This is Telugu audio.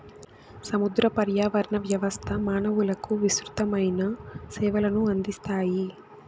సముద్ర పర్యావరణ వ్యవస్థ మానవులకు విసృతమైన సేవలను అందిస్తాయి